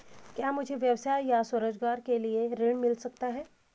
क्या मुझे व्यवसाय या स्वरोज़गार के लिए ऋण मिल सकता है?